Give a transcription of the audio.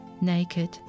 Naked